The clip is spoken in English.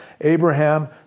Abraham